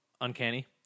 uncanny